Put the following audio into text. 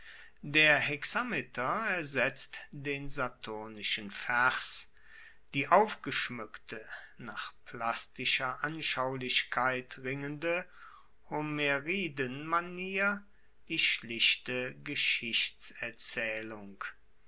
der hexameter ersetzt den saturnischen vers die aufgeschmueckte nach plastischer anschaulichkeit ringende homeridenmanier die schlichte